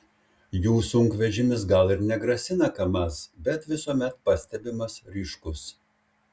jų sunkvežimis gal ir negrasina kamaz bet visuomet pastebimas ryškus